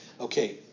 Okay